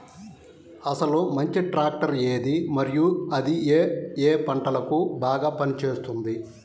అసలు మంచి ట్రాక్టర్ ఏది మరియు అది ఏ ఏ పంటలకు బాగా పని చేస్తుంది?